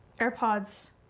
AirPods